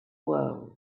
world